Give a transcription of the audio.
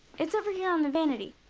it's over here on the vanity.